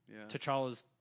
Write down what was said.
T'Challa's